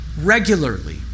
regularly